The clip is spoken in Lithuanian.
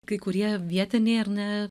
kai kurie vietiniai ar ne